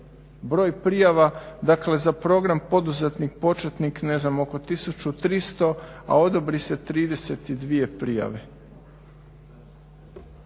Broj prijava, dakle za program poduzetnik početnik, ne znam oko 1300 a odobri se 32 prijave.